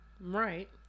Right